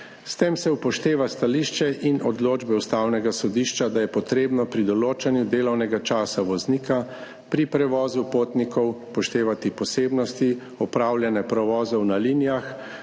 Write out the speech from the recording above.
S tem se upošteva stališče in odločbe Ustavnega sodišča, da je potrebno pri določanju delovnega časa voznika pri prevozu potnikov upoštevati posebnosti opravljanja prevozov na linijah